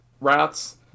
rats